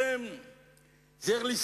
אתם שוכחים, אתם שוכחים את ההתנהגות, ומה שכחתם,